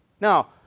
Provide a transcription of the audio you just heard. Now